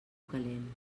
calent